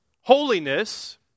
Holiness